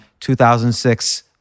2006